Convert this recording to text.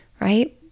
right